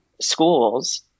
schools